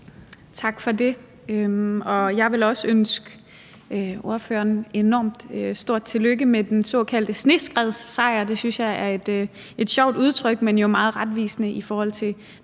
Tak for det. Jeg vil også ønske ordføreren et enormt stort tillykke med den såkaldte sneskredssejr. Det synes jeg er et sjovt udtryk, men jo meget retvisende i forhold til